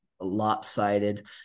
lopsided